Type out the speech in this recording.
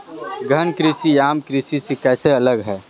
गहन कृषि आम कृषि से कैसे अलग है?